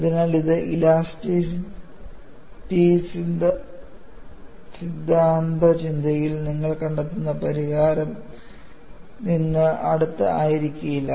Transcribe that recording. അതിനാൽ ഇത് ഇലാസ്റ്റ്സിറ്റി സിദ്ധാന്ത ചിന്തയിൽ നിങ്ങൾ കണ്ടെത്തുന്ന പരിഹാരം നിന്ന് അടുത്ത ആയിരിക്കില്ല